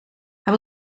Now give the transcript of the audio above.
hij